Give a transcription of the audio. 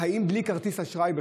חיות בלי כרטיס אשראי בכלל.